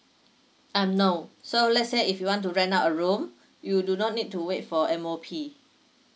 um no so let's say if you want to rent out a room you do not need to wait for M_O_P